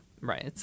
Right